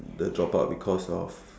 the drop out because of